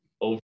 over